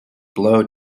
blow